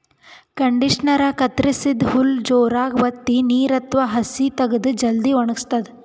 ಕಂಡಿಷನರಾ ಕತ್ತರಸಿದ್ದ್ ಹುಲ್ಲ್ ಜೋರಾಗ್ ವತ್ತಿ ನೀರ್ ಅಥವಾ ಹಸಿ ತಗದು ಜಲ್ದಿ ವಣಗಸ್ತದ್